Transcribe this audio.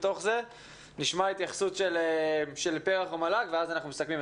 נשמע התייחסות של פר"ח והמל"ג ואז נסכם.